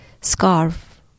scarf